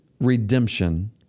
redemption